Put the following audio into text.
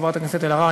חברת הכנסת אלהרר,